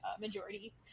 majority